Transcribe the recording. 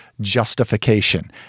justification